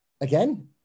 again